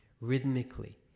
rhythmically